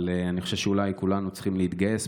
אבל אני חושב שאולי כולנו צריכים להתגייס,